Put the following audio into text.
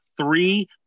three